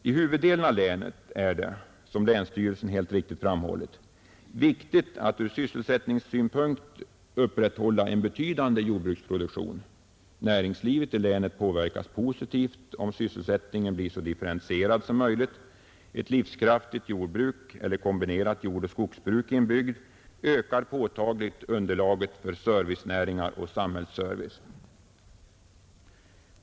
I huvuddelen av länet är det — som länsstyrelsen helt riktigt framhållit — viktigt att ur sysselsättningssynpunkt upprätthålla en betydande jordbruksproduktion. Näringslivet i länet påverkas positivt om sysselsättningen blir så differentierad som möjligt. Ett livskraftigt jordbruk eller kombinerat jordoch skogsbruk i en bygd ökar påtagligt underlaget för servicenäringar och samhällsservice.